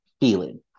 feeling